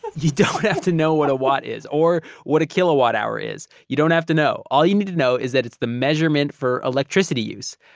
you don't have to know what a watt is or what a kilowatt hour is. you don't have to know. all you need to know is that it's the measurement for electricity use.